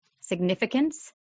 significance